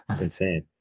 Insane